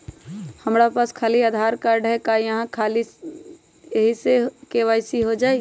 हमरा पास खाली आधार कार्ड है, का ख़ाली यही से के.वाई.सी हो जाइ?